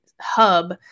hub